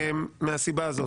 מהסיבה הזאת.